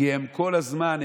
כי הם כל הזמן: